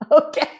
Okay